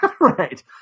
Right